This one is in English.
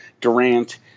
Durant